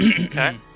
Okay